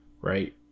right